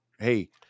Hey